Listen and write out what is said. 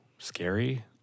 Scary